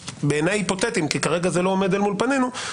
בעיניי היפותטיים כי כרגע זה לא עומד אל מול פנינו,